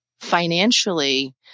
financially